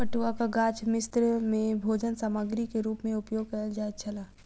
पटुआक गाछ मिस्र में भोजन सामग्री के रूप में उपयोग कयल जाइत छल